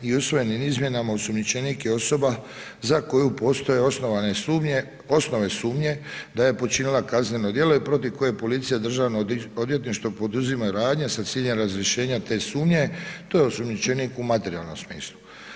I usvojenim izmjenama osumnjičenik je osoba za koju postoje osnovane sumnje da je počinila kazneno djelo i protiv koje je policija, državno odvjetništvo poduzimaju radnje sa ciljem razrješenja te sumnje, to je osumnjičenik u materijalnom smislu.